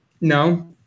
No